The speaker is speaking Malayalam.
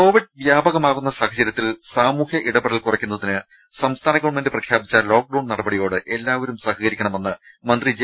കോവിഡ് വ്യാപകമാകുന്ന സാഹ ചര്യ ത്തിൽ സാമൂഹ്യ ഇടപെടൽ കുറയ്ക്കുന്നതിന് സംസ്ഥാന ഗവൺമെന്റ് പ്രഖ്യാപിച്ച ലോക്ക് ഡൌൺ നടപടിയോട് എല്ലാവരും സഹകരിക്കണമെന്ന് മ്യന്തി ജെ